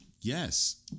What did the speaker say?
yes